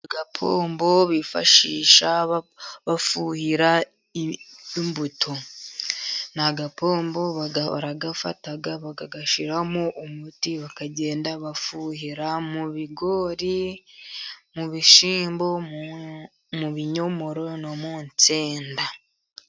Agapombo bifashisha bafuhira imbuto. ni agapombo baragafata bagashyiramo umuti, bakagenda bafuhira mu bigori, mu bishyimbo, mu binyomoro no mu nsenda.